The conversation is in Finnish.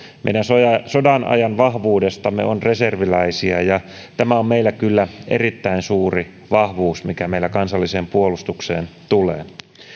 meidän sodanajan vahvuudestamme on reserviläisiä ja tämä on meillä kyllä erittäin suuri vahvuus mikä meillä kansalliseen puolustukseen tulee